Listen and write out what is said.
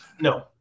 no